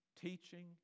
teaching